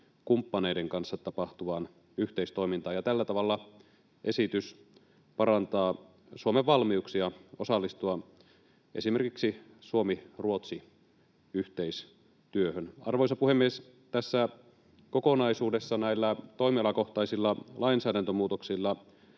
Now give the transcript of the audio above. kumppaneiden kanssa tapahtuvaan yhteistoimintaan. Tällä tavalla esitys parantaa Suomen valmiuksia osallistua esimerkiksi Suomi—Ruotsi-yhteistyöhön. Arvoisa puhemies! Tässä kokonaisuudessa näillä toimialakohtaisilla lainsäädäntömuutoksilla